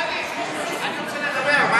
טלי, טלי, טלי, אני רוצה לדבר.